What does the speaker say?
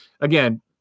again